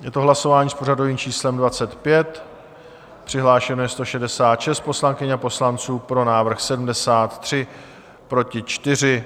Je to hlasování s pořadovým číslem 25, přihlášeno je 166 poslankyň a poslanců, pro návrh 73, proti 4.